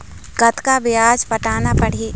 कतका ब्याज पटाना पड़ही?